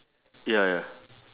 ya ya